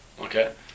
Okay